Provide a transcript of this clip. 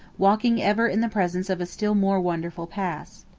walking ever in the presence of a still more wonderful past.